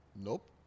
Nope